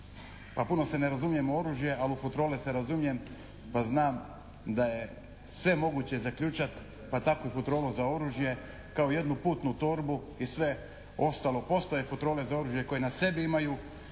Pa puno se ne razumijem u oružje, ali u futrole se razumijem pa znam da je sve moguće zaključati pa tako i futrolu za oružje kao jednu putnu torbu i sve ostalo. Postoje futrole za oružje koje na sebi imaju,